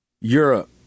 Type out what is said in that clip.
Europe